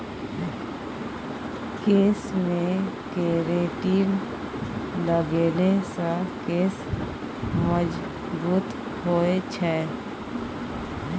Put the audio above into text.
केशमे केरेटिन लगेने सँ केश मजगूत होए छै